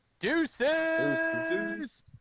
Deuces